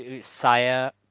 Saya